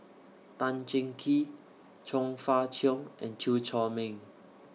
Tan Cheng Kee Chong Fah Cheong and Chew Chor Meng